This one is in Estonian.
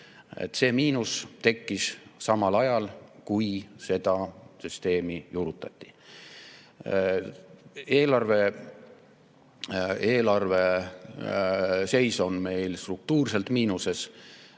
See miinus tekkis samal ajal, kui seda süsteemi juurutati. Eelarve seis on meil struktuurselt miinuses